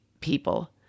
people